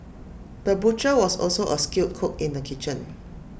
the butcher was also A skilled cook in the kitchen